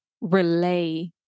relay